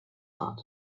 not